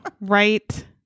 right